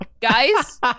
guys